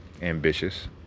ambitious